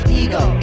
ego